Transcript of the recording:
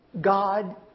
God